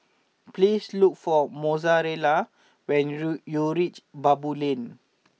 please look for Mozella when rood you reach Baboo Lane